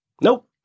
nope